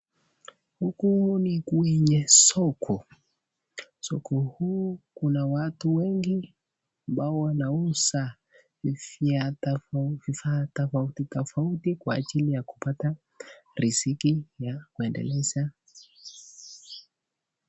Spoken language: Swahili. Huku ni kwenye soko, soko huu kuna watu wengi ambao wanauza vifaa tofauti tofauti kwa ajili ya kupata riziki ya kuendeleza.